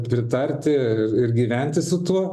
pritarti ir gyventi su tuo